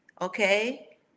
okay